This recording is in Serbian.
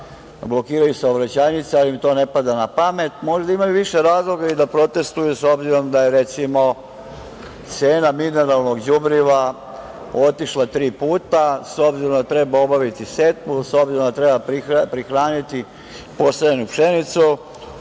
blokiraju saobraćajnice, ali im to ne pada na pamet. Možda imaju više razloga da protestvuju s obzirom da je recimo cena mineralnog đubriva otišla tri puta, s obzirom da treba obaviti setvu, s obzirom da treba prihraniti posejanu pšenicu